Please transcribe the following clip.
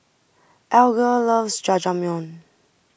Alger loves Jajangmyeon